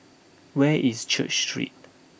where is Church Street